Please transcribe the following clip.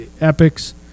epics